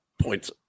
points